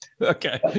Okay